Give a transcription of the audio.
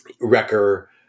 Wrecker